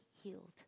healed